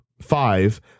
five